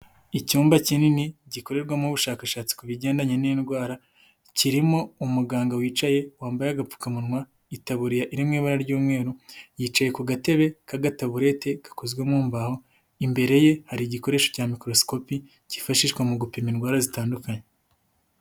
Icyumba kinini gikorerwamo ubushakashatsi ku bigendanye n'indwara kirimo umuganga wicaye wambaye agapfukamunwa, itaburiya iri mu ibara ry'umweru, yicaye ku gatebe k'agataboburete gakozwe mu mbaho, imbere ye hari igikoresho cya mikorosikope kifashishwa mu gupima indwara zitandukanye.